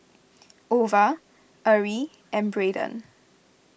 Ova Arie and Braedon